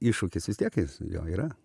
iššūkis vis tiek jis jo yra